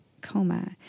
coma